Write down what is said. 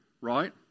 right